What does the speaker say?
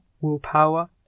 willpower